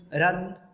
run